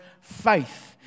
faith